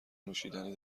نوشیدنی